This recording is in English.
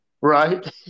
Right